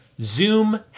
Zoom